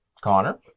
Connor